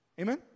Amen